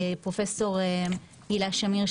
פרופ' הילה שמיר,